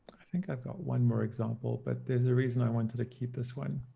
i think i've got one more example but there's a reason i wanted to keep this one.